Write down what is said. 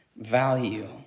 value